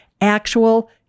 actual